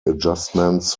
adjustments